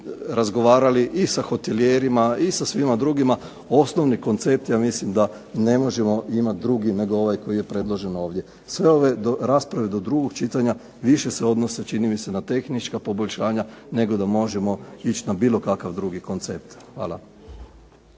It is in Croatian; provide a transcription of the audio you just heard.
razgovarali i sa hotelijerima i sa svima drugima, osnovni koncept ja mislim da ne možemo imati drugi nego ovaj koji je predložen ovdje. Sve ove rasprave do drugog čitanja više se odnose čini mi se na tehnička poboljšanja nego da možemo ići na bilo kakav drugi koncept. Hvala.